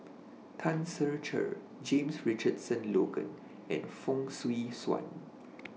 Tan Ser Cher James Richardson Logan and Fong Swee Suan